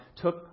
took